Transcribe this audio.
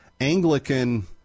Anglican